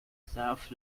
shelf